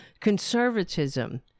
conservatism